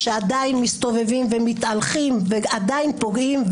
שעדיין מסתובבים ומתהלכים ועדיין פוגעים,